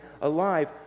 alive